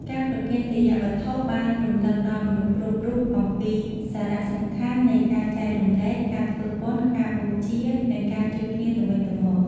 ការប្រគេនទេយ្យវត្ថុ បានរំលឹកដល់មនុស្សគ្រប់រូបអំពីសារៈសំខាន់នៃការចែករំលែក ការធ្វើបុណ្យ ការបូជា និងការជួយគ្នាទៅវិញទៅមក។